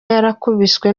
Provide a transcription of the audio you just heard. yarakubiswe